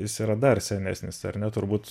jis yra dar senesnis ar ne turbūt